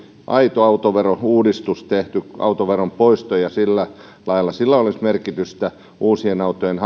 aito autoverouudistus tehty autoveron poisto ja sillä lailla sillä olisi merkitystä uusien autojen